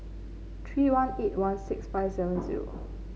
three one eight one six five seven zero